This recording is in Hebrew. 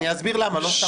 האם שאשא